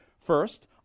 First